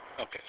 Okay